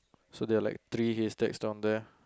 so there are like three hashtags around there